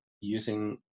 using